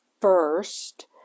first